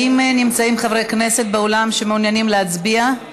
האם נמצאים חברי כנסת באולם שמעוניינים להצביע?